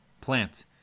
plant